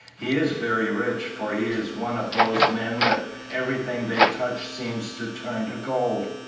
he is very rich, for he is one of those men that everything they touch seems to turn to gold,